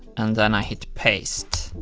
and then i hit paste.